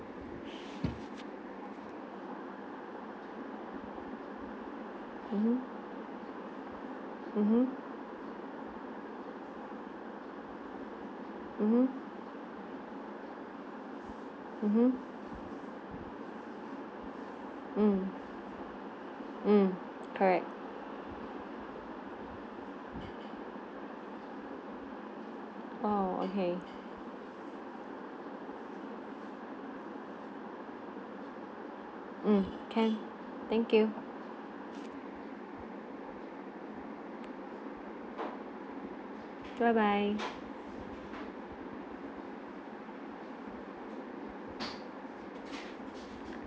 mmhmm mmhmm mmhmm mmhmm mm mm correct oh okay mm can thank you bye bye